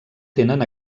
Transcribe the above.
tenen